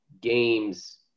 games